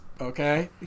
Okay